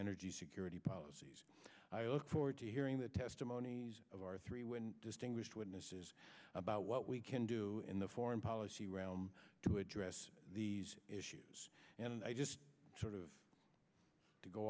energy security policies i look forward to hearing the testimonies of our three when distinguished witnesses about what we can do in the foreign policy realm to address these issues and i just sort of to go